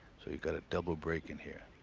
so you got a double break in here.